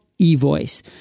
eVoice